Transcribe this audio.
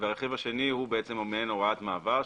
והרכיב השני הוא מעין הוראת מעבר,